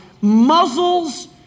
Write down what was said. muzzles